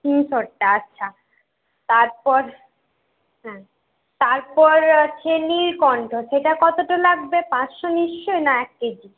তিনশোরটা আচ্ছা তারপর হ্যাঁ তারপর আছে নীলকন্ঠ সেটা কতোটা লাগবে পাঁচশো নিশ্চয়ই না এক কেজি